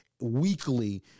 weekly